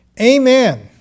Amen